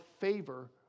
favor